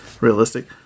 Realistic